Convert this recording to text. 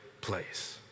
place